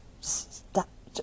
Stop